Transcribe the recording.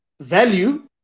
Value